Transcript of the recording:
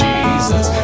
Jesus